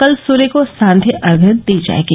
कल सूर्य को सांध्य अर्धय दी जाएगी